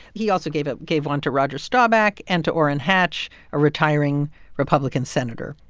he also gave up gave on to roger staubach and to orrin hatch, a retiring republican senator,